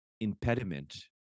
impediment